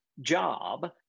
job